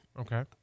Okay